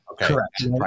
Correct